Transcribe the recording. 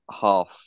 half